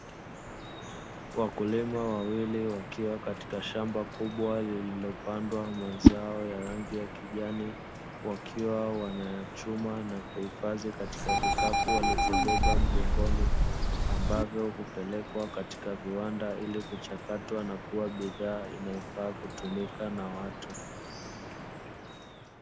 Wakulima wawili wakiwa katika shamba kubwa lililopandwa mazao ya rangi ya kijani, wakiwa wanayachuma na kuhifadhi katika vikapu walivyobeba mgongoni, ambavyo hupelekwa katika viwanda ili kuchakatwa na kuwa bidhaa inayofaa kutumika na watu.